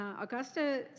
Augusta